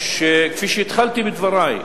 כפי שהתחלתי בדברי,